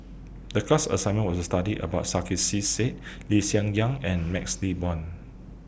The class assignment was to study about Sarkasi Said Lee Hsien Yang and MaxLe Blond